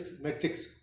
matrix